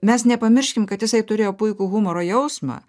mes nepamirškim kad jisai turėjo puikų humoro jausmą